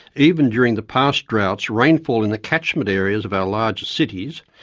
even during the past droughts rainfall in the catchment areas of our largest cities,